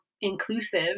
inclusive